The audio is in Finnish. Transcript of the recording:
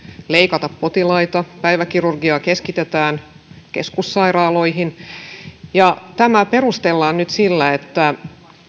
leikata potilaita päiväkirurgia keskitetään keskussairaaloihin tämä perustellaan nyt sillä että